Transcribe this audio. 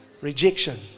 rejection